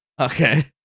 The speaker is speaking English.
Okay